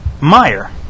Meyer